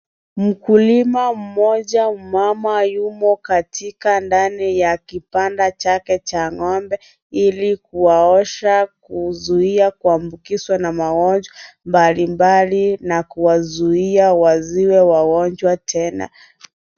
Mkulima mmoja mama yumo katika ndani ya kibanda chake cha ng'ombe, ili kuwaoosha kuzuia kuambukizwa na magonjwa mbalimbali, na kuwazuia wasiwe wagonjwa tena.